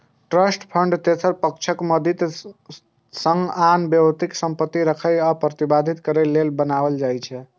trust fund तेसर पक्षक मदति सं आन व्यक्तिक संपत्ति राखै आ प्रबंधित करै लेल बनाएल जाइ छै